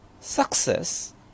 Success